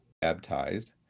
baptized